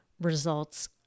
results